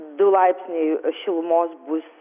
du laipsniai šilumos bus